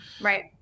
Right